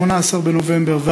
18 בנובמבר,